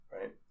Right